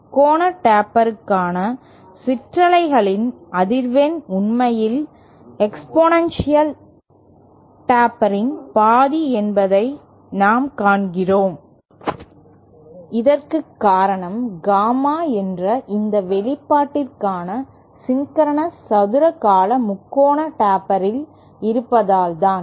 முக்கோண டேப்பருக்கான சிற்றலைகளின் அதிர்வெண் உண்மையில் எக்ஸ்பொனென்ஷியல் டேப்பரின் பாதி என்பதை நாம் காண்கிறோம் இதற்கு காரணம் காமா என்ற இந்த வெளிப்பாட்டிற்கான சின்கரனஸ் சதுர கால முக்கோண டேப்பரில் இருப்பதால் தான்